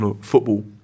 football